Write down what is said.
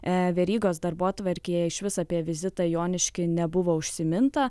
e verygos darbotvarkėje išvis apie vizitą jonišky nebuvo užsiminta